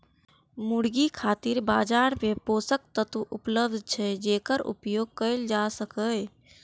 मुर्गी खातिर बाजार मे पोषक तत्व उपलब्ध छै, जेकर उपयोग कैल जा सकैए